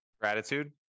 Gratitude